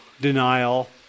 denial